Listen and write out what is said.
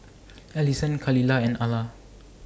Alyson Khalilah and Ala